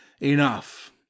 enough